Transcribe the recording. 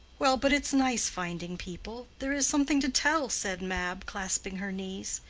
well, but it's nice finding people there is something to tell, said mab, clasping her knees.